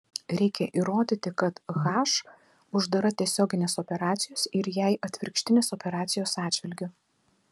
reikia įrodyti kad h uždara tiesioginės operacijos ir jai atvirkštinės operacijos atžvilgiu